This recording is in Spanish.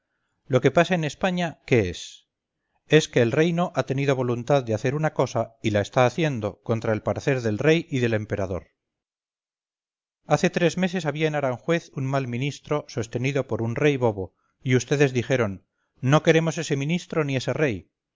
lo que pasa en españa qué es es que el reino ha tenido voluntad de hacer una cosa y la está haciendo contra el parecer del rey y del emperador hace tres meses había en aranjuez un mal ministro sostenido por un rey bobo y vds dijeron no queremos ese ministro ni ese rey